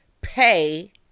pay